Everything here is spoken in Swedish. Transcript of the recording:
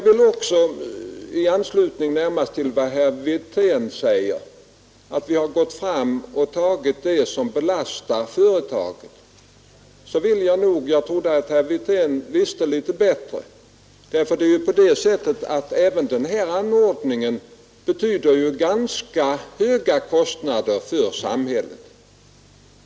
Herr Wirtén säger att vi har gått fram med den lösning som belastar företagen. Jag trodde att herr Wirtén visste litet bättre. Även den här anordningen betyder ju ganska höga kostnader för samhället.